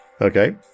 Okay